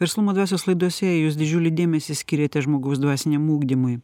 verslumo dvasios laidose jūs didžiulį dėmesį skyrėte žmogaus dvasiniam ugdymui